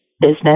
business